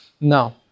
Now